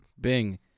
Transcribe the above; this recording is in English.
Bing